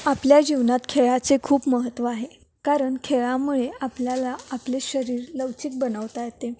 आपल्या जीवनात खेळाचे खूप महत्त्व आहे कारण खेळामुळे आपल्याला आपले शरीर लवचिक बनवता येते